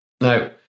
Now